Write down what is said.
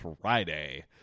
Friday